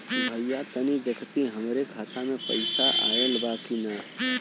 भईया तनि देखती हमरे खाता मे पैसा आईल बा की ना?